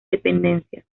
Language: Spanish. dependencias